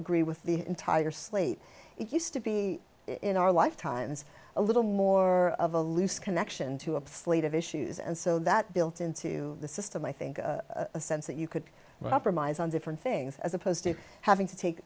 agree with the entire slate it used to be in our lifetimes a little more of a loose connection to a fleet of issues and so that built into the system i think a sense that you could wrap our minds on different things as opposed to having to take